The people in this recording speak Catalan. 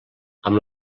amb